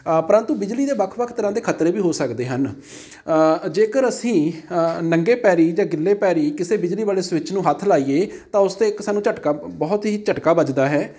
ਪਰੰਤੂ ਬਿਜਲੀ ਦੇ ਵੱਖ ਵੱਖ ਤਰ੍ਹਾਂ ਦੇ ਖਤਰੇ ਵੀ ਹੋ ਸਕਦੇ ਹਨ ਜੇਕਰ ਅਸੀਂ ਨੰਗੇ ਪੈਰੀ ਜਾਂ ਗਿੱਲੇ ਪੈਰੀ ਕਿਸੇ ਬਿਜਲੀ ਵਾਲੇ ਸਵਿੱਚ ਨੂੰ ਹੱਥ ਲਾਈਏ ਤਾਂ ਉਸ 'ਤੇ ਇੱਕ ਸਾਨੂੰ ਝਟਕਾ ਬਹੁਤ ਹੀ ਝਟਕਾ ਵੱਜਦਾ ਹੈ